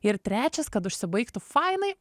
ir trečias kad užsibaigtų fainai